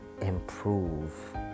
improve